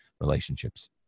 relationships